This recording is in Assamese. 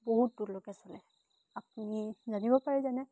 বহুত দূৰলৈকে চলে আপুনি জানিব পাৰে যেনে